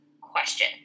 question